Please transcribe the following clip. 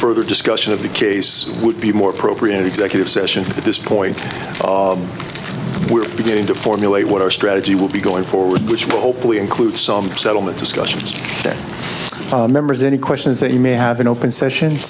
further discussion of the case would be more appropriate executive sessions at this point we're beginning to formulate what our strategy will be going forward which will hopefully include settlement discussions that members any questions that you may have an open session